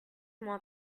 more